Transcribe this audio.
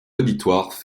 auditoire